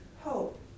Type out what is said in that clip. hope